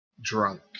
drunk